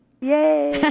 Yay